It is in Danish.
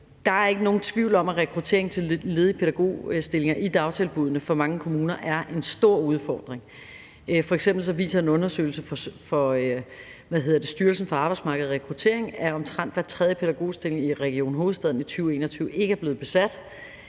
Der er ikke nogen tvivl om, at rekrutteringen til ledige pædagogstillinger i dagtilbuddene for mange kommuner er en stor udfordring. F.eks. viser en undersøgelse fra Styrelsen for Arbejdsmarked og Rekruttering, at omtrent hver tredje pædagogstilling i Region Hovedstaden i 2021 ikke er blevet besat,